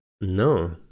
No